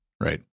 Right